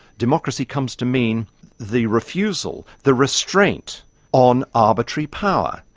democracy comes to mean the refusal, the restraint on arbitrary power,